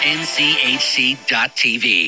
nchc.tv